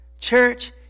Church